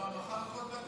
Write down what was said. תעצור את הרפורמה,